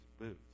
boots